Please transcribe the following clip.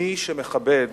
מי שמכבד